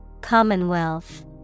Commonwealth